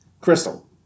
Crystal